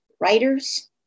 writers